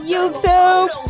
YouTube